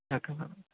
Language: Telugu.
ఎక్కడ మ్యాడమ్